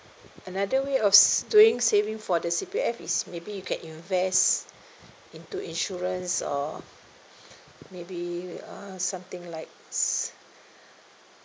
another way of s~ doing saving for the C_P_F is maybe you can invest into insurance or maybe uh something like